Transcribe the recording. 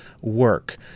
work